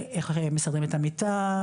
איך הם מסדרים את המיטה,